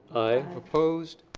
aye. opposed?